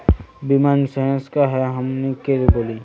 बीमा इंश्योरेंस का है हमनी के बोली?